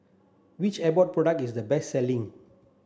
which Abbott product is the best selling